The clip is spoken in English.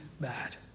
bad